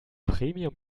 premium